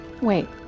Wait